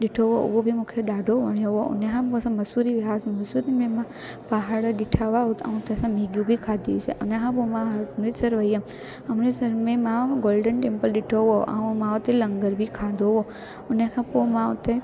ॾिठो हुओ उहो बि मूंखे ॾाढो वणियो हुओ हुन खां पोइ असां मसूरी विया हुआसीं मसूरी में मां पहाड़ ॾिठा हुआ ऐं हुते असां मैगियूं बि खाधी हुईसीं हुन खां पोइ मां अमृतसर वई हुअमि अमृतसर में मां गोल्डन टेम्पल ॾिठो हुओ ऐं मां हुते लंगर बि खाधो हुओ हुन खां पोइ मां उते